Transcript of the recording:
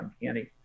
uncanny